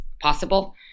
possible